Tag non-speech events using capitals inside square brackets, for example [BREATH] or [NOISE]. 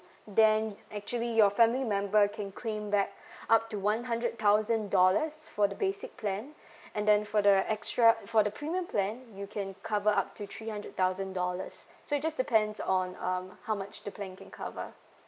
then actually your family member can claim back [BREATH] up to one hundred thousand dollars for the basic plan [BREATH] and then for the extra for the premium plan you can cover up to three hundred thousand dollars so it just depends on um how much the plan can cover